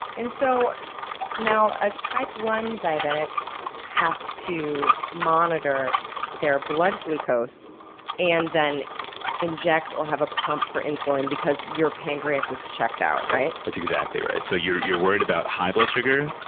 and so now, a type one diabetic has to monitor their blood glucose and then inject or have a pump for insulin because your pancreas is checked out, right? that's exactly right. so you're worried about high blood sugar,